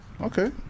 Okay